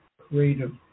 creative